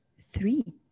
Three